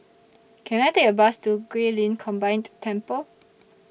Can I Take A Bus to Guilin Combined Temple